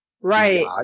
Right